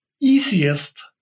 easiest